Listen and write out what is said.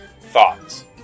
Thoughts